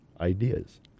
ideas